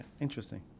Interesting